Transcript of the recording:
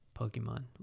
Pokemon